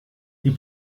die